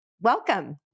Welcome